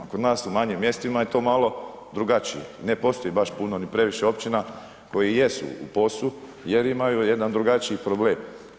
Kod nas u manjim mjestima je to malo drugačije, ne postoji baš puno ni previše općina koji jesu u POS-u jer imaju jedan drugačiji problem.